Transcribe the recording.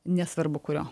nesvarbu kurio